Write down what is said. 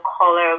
color